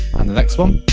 and the next one.